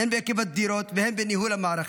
הן בהיקף הדירות והן בניהול המערכת.